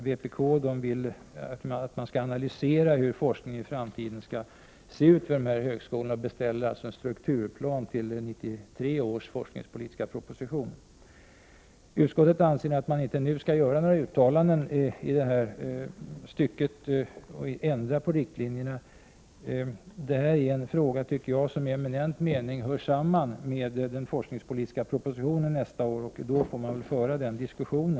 Vpk vill att man skall analysera hur forskningen skall se ut i framtiden vid dessa högskolor och beställer en strukturplanering till 1993 års forskningspolitiska proposition. Utskottet anser att man inte skall göra några uttalanden i den frågan nu eller ändra på riktlinjerna. Jag tycker att det här är en fråga som i eminent mening hör samman med den forskningspolitiska propositionen nästa år. Då får man väl föra denna diskussion.